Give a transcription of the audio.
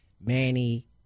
Manny